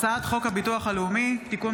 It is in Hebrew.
הצעת חוק הביטוח הלאומי (תיקון